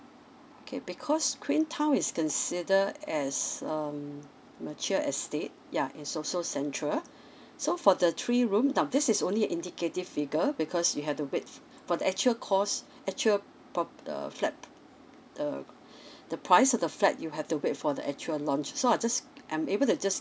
okay because queen town is consider as um mature estate yeah in it's social central so for the three room now this is only indicative figure because we have wait for the actual costs actual prop the flat the the price of the flat you have to wait for the actual launch so I just I'm able to just